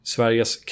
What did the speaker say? Sveriges